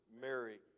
Mary